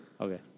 Okay